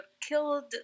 killed